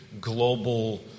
global